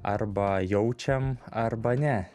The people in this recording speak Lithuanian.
arba jaučiam arba ne